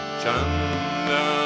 Chanda